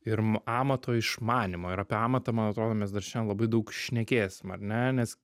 ir amato išmanymo ir apie amatą man atrodo mes dar šiandien labai daug šnekėsim ar ne nes